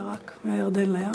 אלא רק מהירדן לים.